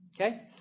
okay